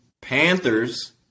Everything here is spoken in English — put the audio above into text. Panthers